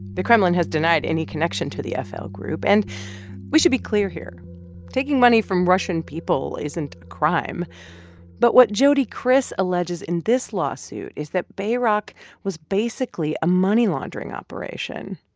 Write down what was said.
the kremlin has denied any connection to the fl group. and we should be clear here taking money from russian people isn't a crime but what jody kriss alleges in this lawsuit is that bayrock was basically a money laundering operation.